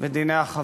את דיני החברות,